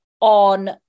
on